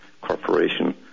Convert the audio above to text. Corporation